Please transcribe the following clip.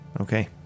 Okay